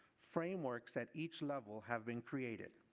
frameworks at each level have been created.